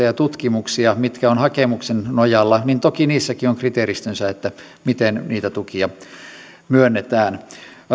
ja tutkimuksissa mitkä ovat hakemusten nojalla toki niissäkin on kriteeristönsä miten niitä tukia myönnetään